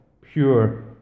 pure